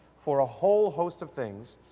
for a whole host of things,